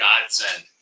godsend